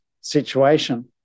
situation